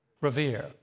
Revere